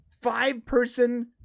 five-person